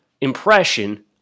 impression